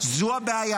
זו הבעיה.